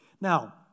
Now